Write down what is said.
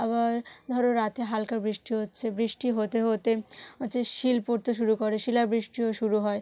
আবার ধরো রাতে হালকা বৃষ্টি হচ্ছে বৃষ্টি হতে হতে হচ্ছে শিল পড়তে শুরু করে শিলা বৃষ্টিও শুরু হয়